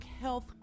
health